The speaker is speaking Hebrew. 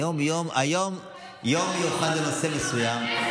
היום יום מיוחד לנושא מסוים,